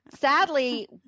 Sadly